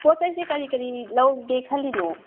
ꯄꯣꯠꯆꯩꯁꯦ ꯀꯔꯤ ꯀꯔꯤ ꯂꯧꯒꯦ ꯈꯜꯂꯤꯅꯣ